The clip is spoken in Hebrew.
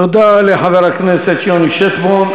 תודה לחבר הכנסת יוני שטבון.